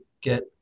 get